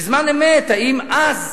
בזמן אמת, האם גם אז